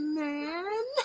man